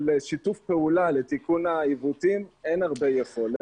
שיתוף פעולה לתיקון העיוותים אין הרבה יכולת.